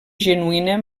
genuïna